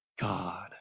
God